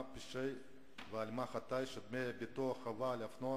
מה פשעי ועל מה חטאי שדמי הביטוח חובה על האופנוע